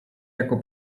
jako